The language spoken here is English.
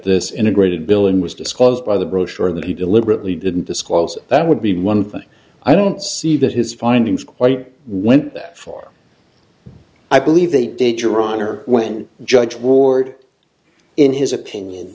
this integrated billing was disclosed by the brochure that he deliberately didn't disclose that would be one thing i don't see that his findings quite went that far i believe they did your honor when judge ward in his opinion